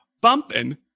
bumping